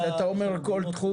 יש --- ואתה אומר כל תחום,